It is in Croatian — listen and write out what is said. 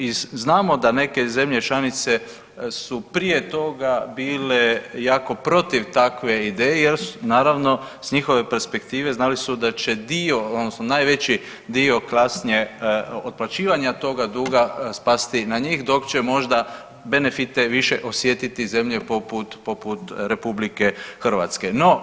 I znamo da neke zemlje članice su prije toga bile jako protiv takve ideje jer naravno s njihove perspektive znali su da će dio odnosno najveći dio kasnije otplaćivanja toga duga spasti na njih dok će možda benefite više osjetiti zemlje poput, poput RH.